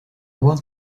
want